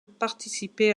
participaient